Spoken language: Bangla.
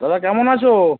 দাদা কেমন আছো